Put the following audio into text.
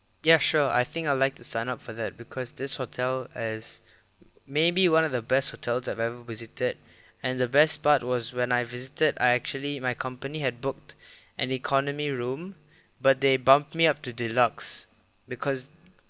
ya sure I think I'd like to sign up for that because this hotel is maybe one of the best hotels I've ever visited and the best part was when I visited I actually my company had booked an economy room but they bumped me up to deluxe because